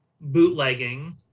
bootlegging